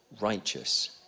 righteous